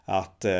att